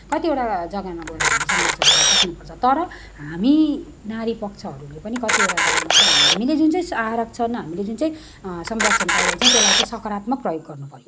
कतिवटा जग्गामा गएर हामीले सङ्घर्ष गर्नु सक्नपर्छ तर हामी नारी पक्षहरूले पनि कतिवटा जग्गामा चाहिँ हामीले जुन चाहिँ आरक्षण हामीले जुन चाहिँ संरक्षण पाइरेहको छौँ त्यसलाई चाहिँ सकारात्मक प्रयोग गर्नुपर्छ